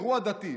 אירוע דתי.